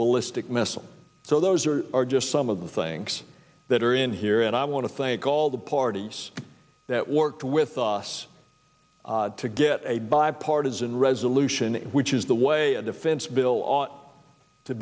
ballistic missile so those are are just some of the things that are in here and i want to thank all the parties that worked with us to get a bipartisan resolution which is the way a defense bill